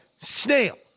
snail